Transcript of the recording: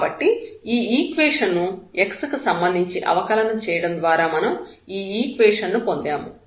కాబట్టి ఈ ఈక్వేషన్ ను x కి సంబంధించి అవకలనం చేయడం ద్వారా మనం ఈ ఈక్వేషన్ ను పొందాము